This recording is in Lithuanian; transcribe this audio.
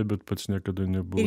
bet pats niekada nebuv